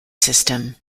system